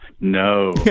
No